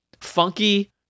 funky